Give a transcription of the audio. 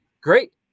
Great